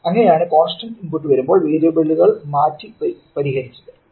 അങ്ങനെയാണ് constant input വരുമ്പോൾ വേരിയബിളുകൾ മാറ്റി ഞാൻ പരിഹരിച്ചത്